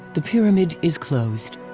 the pyramid is closed.